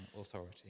authority